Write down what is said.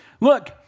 Look